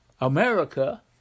America